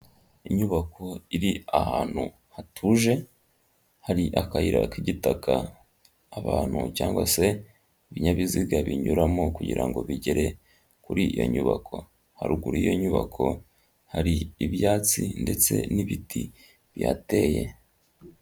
Inyubako iri ahantu hatuje hari akayira k'igitaka, abantu cyangwa se ibinyabiziga binyuramo kugira ngo bigere kuri iyo nyubako. Haruguru y'iyo nyubako hari ibyatsi ndetse n'ibiti bihateye.